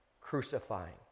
crucifying